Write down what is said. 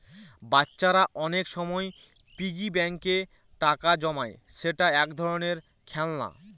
বাচ্চারা অনেক সময় পিগি ব্যাঙ্কে টাকা জমায় যেটা এক ধরনের খেলনা